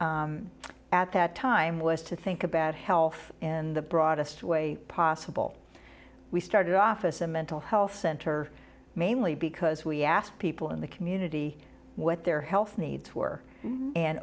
which at that time was to think about health and the broadest way possible we started off as a mental health center mainly because we asked people in the community what their health needs were and